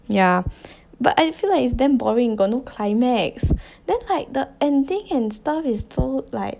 yeah but I feel like it's damn boring got no climax then like the ending and stuff is so like